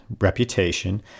reputation